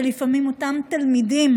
שלפעמים אותם תלמידים